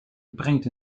brengt